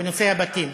בנושא הבתים,